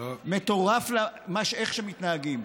מטורף איך שמתנהגים.